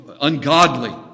ungodly